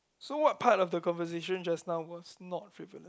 so what part of the conversation just now was not frivolous